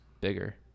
bigger